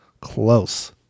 close